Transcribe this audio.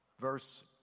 verse